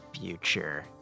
future